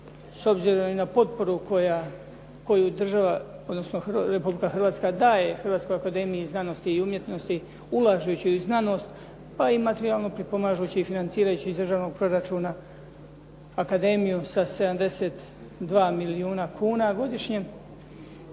s obzirom i na potporu koju država, odnosno Republika Hrvatska daje Hrvatskoj akademiji znanosti i umjetnosti ulažući u znanost pa i materijalno pripomažući i financirajući iz državnog proračuna akademiju sa 72 milijuna kuna godišnje